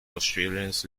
australians